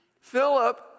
Philip